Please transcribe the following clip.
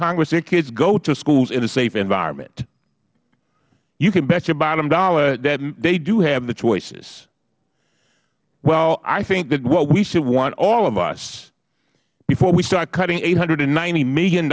congress their kids go to school in a safe environment you can bet your bottom dollar that they do have the choices well i think that what we should want all of us before we start cutting eight hundred and ninety